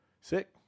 Sick